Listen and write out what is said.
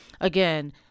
Again